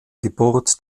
geburt